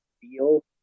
feel